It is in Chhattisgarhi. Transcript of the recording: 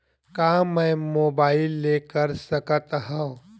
का मै मोबाइल ले कर सकत हव?